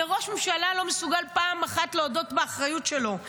וראש ממשלה לא מסוגל פעם אחת להודות באחריות שלו,